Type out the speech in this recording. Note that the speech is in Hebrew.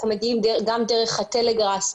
אנחנו מגיעים גם דרך הטלגרס,